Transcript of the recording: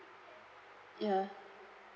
ya